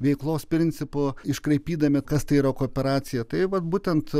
veiklos principų iškraipydami kas tai yra kooperacija tai vat būtent